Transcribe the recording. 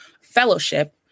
fellowship